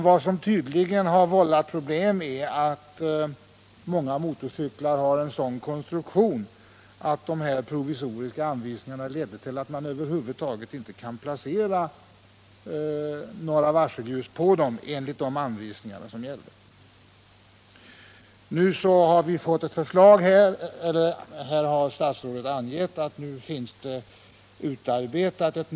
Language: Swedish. Vad som tydligen vållat problem är att många motorcyklar har en sådan konstruktion, att de provisoriska anvisningarna ledde till att man över huvud taget inte kan placera några varselljus på dem enligt gällande anvisningar. Nu har statsrådet här angett att ett nytt förslag finns utarbetat.